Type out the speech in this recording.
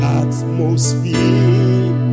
atmosphere